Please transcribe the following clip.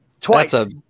twice